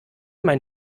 mein